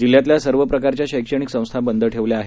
जिल्ह्यातल्या सर्व प्रकारच्या शैक्षणीक संस्था बंद ठेवल्या आहेत